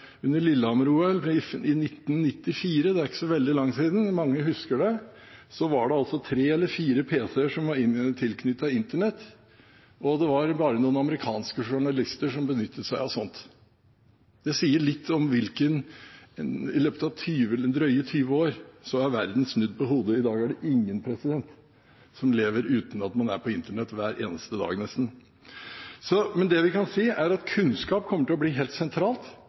Under Lillehammer-OL i 1994 – det er ikke så veldig lenge siden, mange husker det – var det altså tre eller fire pc-er som var tilknyttet Internett, og det var bare noen amerikanske journalister som benyttet seg av slikt. I løpet av drøye 20 år er verden snudd på hodet, i dag er det ingen som lever uten at man er på Internett nesten hver eneste dag. Det vi kan si, er at kunnskap kommer til å bli helt sentralt.